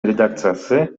редакциясы